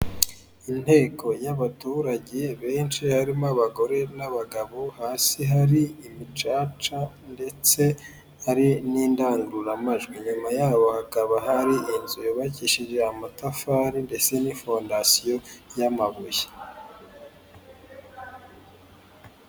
Inteko y'abaturage benshi harimo abagore n'abagabo, hasi hari imicaca ndetse hari n'indangururamajwi, inyuma yabo hakaba hari inzu yukishije amatafari ndetse n'ifondasiyo y'amabuye.